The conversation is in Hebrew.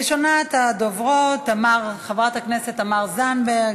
ראשונת הדוברות, חברת הכנסת תמר זנדברג,